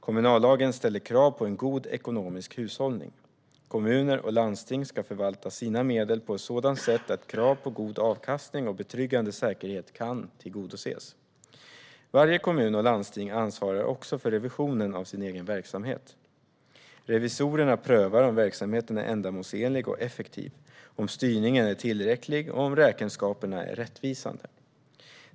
Kommunallagen ställer krav på en god ekonomisk hushållning. Kommuner och landsting ska förvalta sina medel på ett sådant sätt att krav på god avkastning och betryggande säkerhet kan tillgodoses. Varje kommun och landsting ansvarar också för revisionen av sin egen verksamhet. Revisorerna prövar om verksamheten är ändamålsenlig och effektiv, om styrningen är tillräcklig och om räkenskaperna är rättvisande.